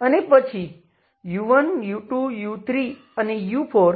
અને પછી u1 u2 u3 અને u4